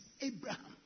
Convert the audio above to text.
Abraham